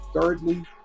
Thirdly